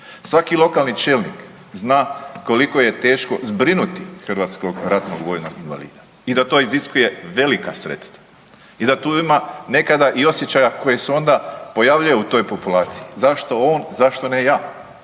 Svaki lokalni čelnik zna koliko je teško zbrinuti hrvatskog ratnog vojnog invalida i da to iziskuje velika sredstva i da tu ima nekada i osjećaja koji se onda pojavljuje u toj populaciji, zašto on, zašto ne ja,